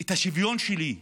את השוויון שלי,